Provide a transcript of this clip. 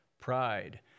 Pride